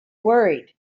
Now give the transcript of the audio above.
worried